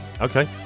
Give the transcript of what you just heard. Okay